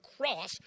cross